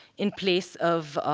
in place of